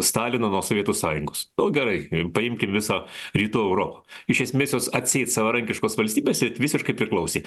stalino nuo sovietų sąjungos nu gerai paimkim visą rytų europą iš esmės jos atseit savarankiškos valstybės bet visiškai priklausė